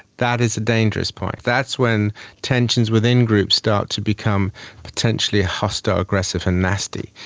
that is a dangerous point, that's when tensions within groups start to become potentially hostile, aggressive and nasty.